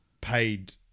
paid